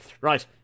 right